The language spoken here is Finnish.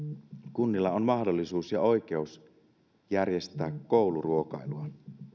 kunnilla on mahdollisuus ja oikeus järjestää kouluruokailua